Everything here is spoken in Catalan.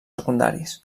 secundaris